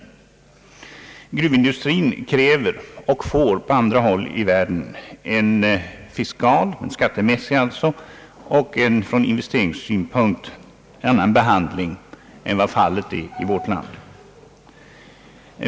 Gruvindustrin kräver och får på andra håll i världen fiskalt, alltså skattemässigt, och från investeringssynpunkt en annan behandling än vad fallet är i vårt land.